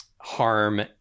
harm